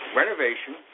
renovation